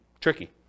tricky